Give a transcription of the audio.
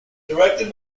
directed